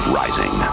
rising